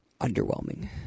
underwhelming